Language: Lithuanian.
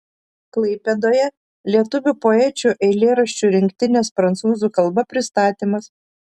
klaipėdoje lietuvių poečių eilėraščių rinktinės prancūzų kalba pristatymas